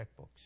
checkbooks